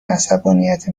عصبانیت